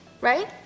Right